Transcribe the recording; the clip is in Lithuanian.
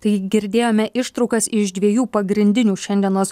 tai girdėjome ištraukas iš dviejų pagrindinių šiandienos